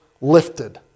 lifted